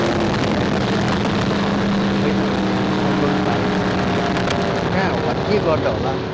तर त्यो अड्रेसहरू अहिले मसँग छैन है फोन गर्न पाए पनि हुन्थ्यो नि है कहाँ होला के गर्दै होला